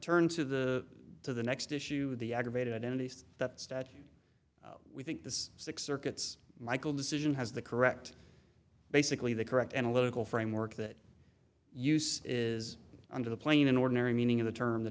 turn to the to the next issue the aggravated identities that stat we think this six circuits michael decision has the correct basically the correct analytical framework that use is under the plane an ordinary meaning of the term the